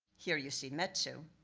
here, you see metsu.